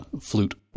flute